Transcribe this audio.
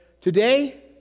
Today